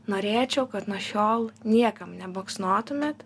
norėčiau kad nuo šiol niekam nebaksnotumėt